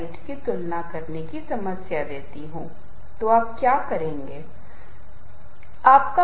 इसलिए कुछ तथ्य यह है कि कुछ संगीत के अंश कुछ संगीत के दृष्टिकोण हैं कुछ चीजों के साथ संगत हैं जो कि हमने लिए हैं